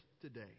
today